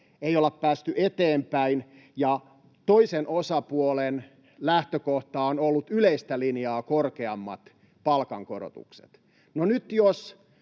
ei olla päästy eteenpäin ja toisen osapuolen lähtökohta on ollut yleistä linjaa korkeammat palkankorotukset. No, nyt jos